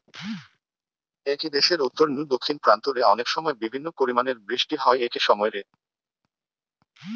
একই দেশের উত্তর নু দক্ষিণ প্রান্ত রে অনেকসময় বিভিন্ন পরিমাণের বৃষ্টি হয় একই সময় রে